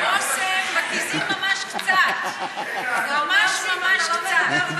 איתן, בושם מתיזים ממש קצת, ממש ממש קצת.